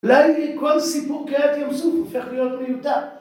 ... כל סיפור קריעת ים סוף הופך להיות מיותר